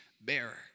bearer